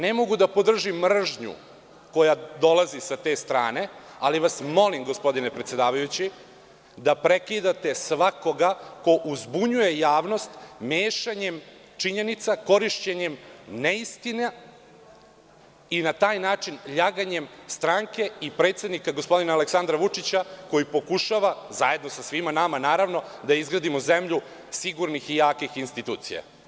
Ne mogu da podržim mržnju koja dolazi sa te strane, ali vas molim gospodine predsedavajući da prekidate svakoga ko uzbunjuje javnost mešanjem činjenica, korišćenjem neistina i na taj način ljaganjem stranke i predsednika gospodina Aleksandra Vučića koji pokušava, zajedno sa svima nama naravno, da izgradimo zemlju sigurnih i jakih institucija.